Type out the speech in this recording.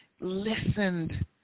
listened